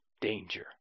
danger